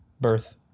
birth